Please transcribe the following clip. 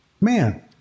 Man